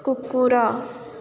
କୁକୁର